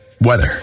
weather